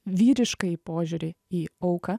vyriškąjį požiūrį į auką